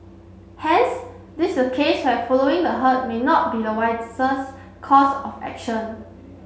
hence this is case have following the herd may not be the wisest course of action